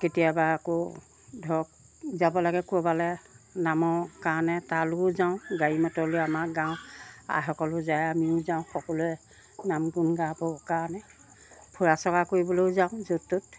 কেতিয়াবা আকৌ ধৰক যাব লাগে ক'ৰবালৈ নামৰ কাৰণে তালৈয়ো যাওঁ গাড়ী মটৰ লৈ আমাৰ গাঁৱৰ আইসকলো যায় আমিও যাওঁ সকলোৱে নাম গুণ গাবৰ কাৰণে ফুৰা চকা কৰিবলৈয়ো যাওঁ য'ত ত'ত